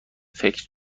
فکر